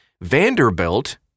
Vanderbilt